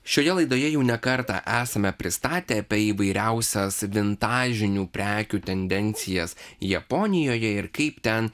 šioje laidoje jau ne kartą esame pristatę apie įvairiausias vintažinių prekių tendencijas japonijoje ir kaip ten